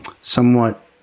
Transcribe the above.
somewhat